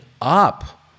up